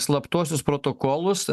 slaptuosius protokolus